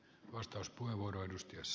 arvoisa puhemies